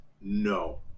no